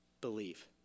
Believe